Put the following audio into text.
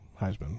Heisman